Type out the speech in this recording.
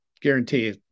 guarantee